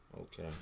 Okay